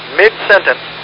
mid-sentence